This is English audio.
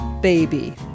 Baby